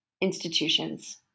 institutions